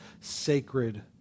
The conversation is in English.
sacred